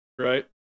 Right